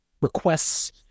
requests